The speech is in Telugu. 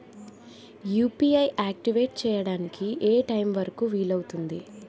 యు.పి.ఐ ఆక్టివేట్ చెయ్యడానికి ఏ టైమ్ వరుకు వీలు అవుతుంది?